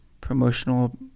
promotional